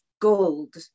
gold